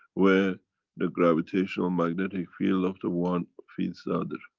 where the gravitational-magnetic field of the one ah feeds the other.